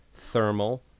thermal